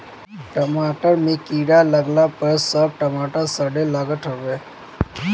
टमाटर में कीड़ा लागला पअ सब टमाटर सड़े लागत हवे